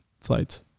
flights